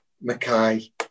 Mackay